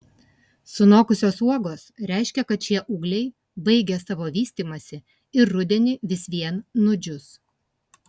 sunokusios uogos reiškia kad šie ūgliai baigė savo vystymąsi ir rudenį vis vien nudžius